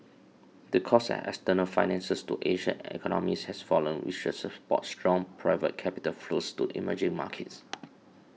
the cost of external finance to Asian economies has fallen which should support strong private capital flows to emerging markets